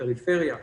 פריפריה ובכלל.